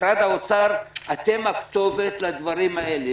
משרד האוצר, אתם הכתובת לדברים האלה.